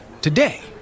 Today